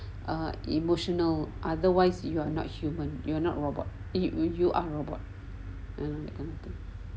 err emotional otherwise you're not human you are not robot it with you robot